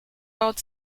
rod